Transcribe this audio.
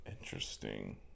Interesting